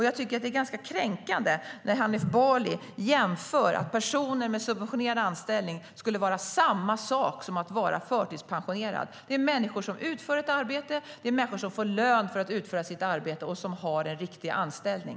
Jag tycker att det är ganska kränkande att Hanif Bali säger att en subventionerad anställning skulle vara samma sak som att vara förtidspensionerad. Det är människor som utför ett arbete, som får lön och som har en riktig anställning.